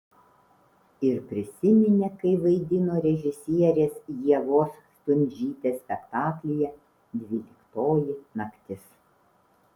ir prisiminė kai vaidino režisierės ievos stundžytės spektaklyje dvyliktoji naktis